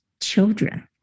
children